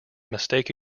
mistake